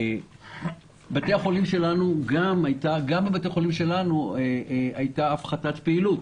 גם בבתי החולים שלנו הייתה הפחתת פעילות,